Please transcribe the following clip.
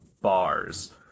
bars